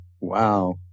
wow